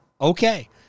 Okay